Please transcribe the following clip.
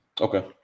Okay